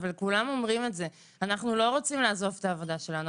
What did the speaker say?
אבל כולם אומרים את זה: אנחנו לא רוצים לעזוב את העבודה שלנו,